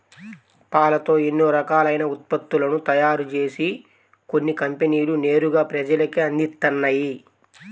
పాలతో ఎన్నో రకాలైన ఉత్పత్తులను తయారుజేసి కొన్ని కంపెనీలు నేరుగా ప్రజలకే అందిత్తన్నయ్